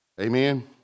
Amen